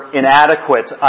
inadequate